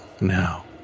now